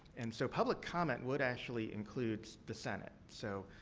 and, so, public comment would actually include the senate. so,